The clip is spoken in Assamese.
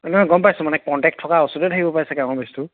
নাই গম পাইছোঁ মানে কণ্টেক থকা অচ্য়ুতে থাকিব পাৰে আমাৰ বেচ্টো